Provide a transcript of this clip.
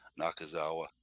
Nakazawa